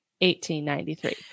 1893